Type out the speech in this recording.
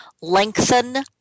lengthen